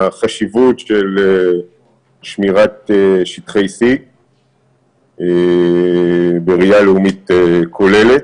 על החשיבות של שמירת שטחי C בראייה לאומית כוללת.